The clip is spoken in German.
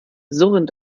surrend